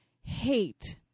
hate